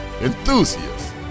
enthusiasts